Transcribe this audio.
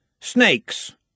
Snakes